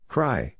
Cry